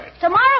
Tomorrow